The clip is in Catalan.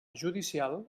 judicial